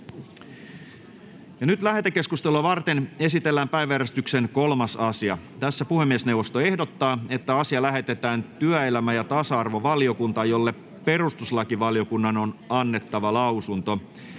Lähetekeskustelua varten esitellään päiväjärjestyksen 7. asia. Puhemiesneuvosto ehdottaa, että asia lähetetään maa- ja metsätalousvaliokuntaan, jolle perustuslakivaliokunnan on annettava lausunto.